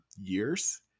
years